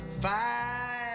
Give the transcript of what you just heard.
Five